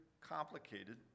complicated